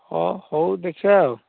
ହଁ ହଉ ଦେଖିବା ଆଉ